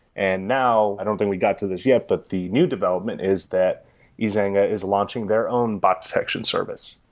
and now, i don't think we got to this yet, but the new development is that ezanga is launching their own bot detection service,